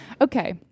Okay